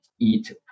eat